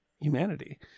humanity